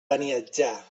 beniatjar